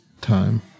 time